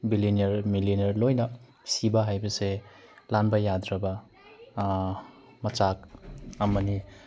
billionaire millionaire ꯂꯣꯏꯅ ꯁꯤꯕ ꯍꯥꯏꯕꯁꯦ ꯂꯥꯟꯕ ꯌꯥꯗ꯭ꯔꯕ ꯃꯆꯥꯛ ꯑꯃꯅꯤ